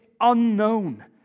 unknown